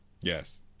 Yes